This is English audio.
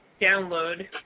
download